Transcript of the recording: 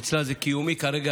אצלו להיערך זה קיומי כרגע.